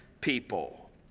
people